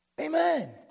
Amen